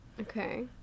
Okay